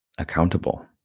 accountable